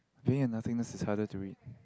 paying in nothingness is harder to read